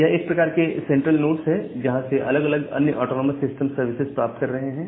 यह एक प्रकार के सेंट्रल नोड्स है जहां से अलग अलग अन्य ऑटोनॉमस सिस्टम्स सर्विसेस प्राप्त कर रहे हैं